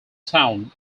town